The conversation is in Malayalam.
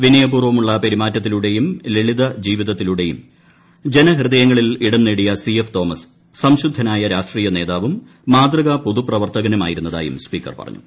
വിനയപൂർവ്വമുള്ള പെരുമാറ്റത്തിലൂടെയും ജീവിതത്തിലൂടെയും ലളിത ജനഹൃദയങ്ങളിൽ ഇടം നേടിയ സി എഫ് തോമസ് സംശുദ്ധനായ രാഷ്ട്രീയ നേതാവും മാതൃകാ പൊതുപ്രവർത്തകനും ആയിരുന്നതായും സ്പീക്കർ പറഞ്ഞു